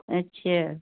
अच्छा